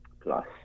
plus